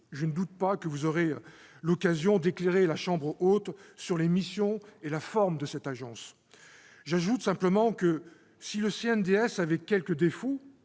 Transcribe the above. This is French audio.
Je ne doute pas que vous aurez l'occasion d'éclairer la chambre haute sur les missions et la forme de cette agence. J'ajoute simplement que, si le CNDS avait quelques défauts,